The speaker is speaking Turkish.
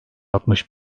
altmış